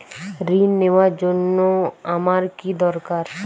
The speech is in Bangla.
ঋণ নেওয়ার জন্য আমার কী দরকার?